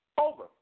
Over